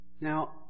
Now